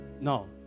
No